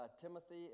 Timothy